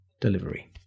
delivery